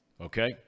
Okay